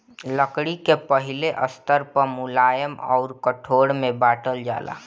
लकड़ी के पहिले स्तर पअ मुलायम अउर कठोर में बांटल जाला